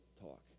talk